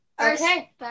Okay